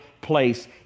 place